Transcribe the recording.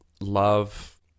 love